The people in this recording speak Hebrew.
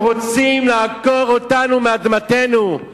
הם רוצים לעקור אותנו מאדמתנו.